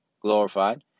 glorified